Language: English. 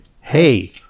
hey